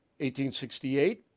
1868